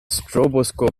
stroboscope